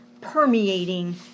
permeating